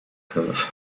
curve